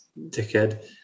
dickhead